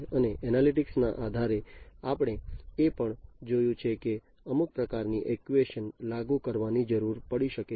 અને એનાલિટિક્સ ના આધારે આપણે એ પણ જોયું છે કે અમુક પ્રકારની એક્ટ્યુએશન લાગુ કરવાની જરૂર પડી શકે છે